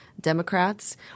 Democrats